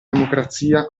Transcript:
democrazia